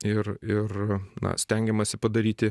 ir ir na stengiamasi padaryti